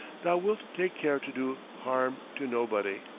thou wilt take care to do harm to nobody.